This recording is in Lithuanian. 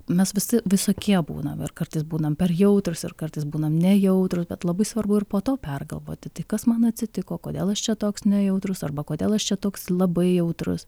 mes visi visokie būnam ir kartais būnam per jautrūs ir kartais būnam nejautrūs bet labai svarbu ir po to pergalvoti tai kas man atsitiko kodėl aš čia toks nejautrus arba kodėl aš čia toks labai jautrus